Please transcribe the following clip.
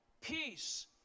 peace